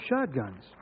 shotguns